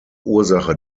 ursache